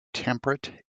temperate